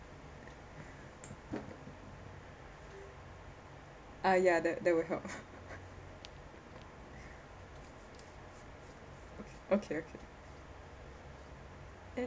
ah ya that that will help okay okay